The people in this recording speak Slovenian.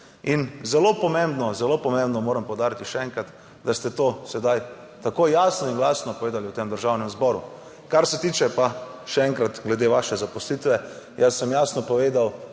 in zelo pomembno, zelo pomembno moram poudariti še enkrat, da ste to sedaj tako jasno in glasno povedali v tem Državnem zboru. Kar se tiče pa še enkrat glede vaše zaposlitve, jaz sem jasno povedal,